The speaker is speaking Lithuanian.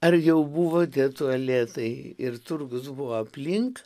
ar jau buvo tie tualetai ir turgus buvo aplink